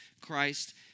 Christ